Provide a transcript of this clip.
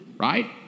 right